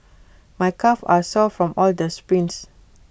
my calves are sore from all the sprints